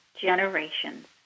generations